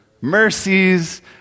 Mercies